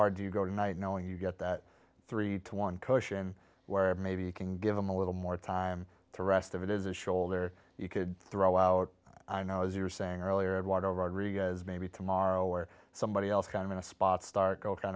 do you go tonight knowing you get that three to one cushion where maybe you can give them a little more time to rest of it is a shoulder you could throw out i know as you were saying earlier eduardo rodriguez maybe tomorrow or somebody else can win a spot start go kind